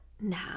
now